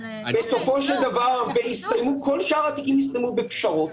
בסופו של דבר כל שאר התיקים הסתיימו בפשרות.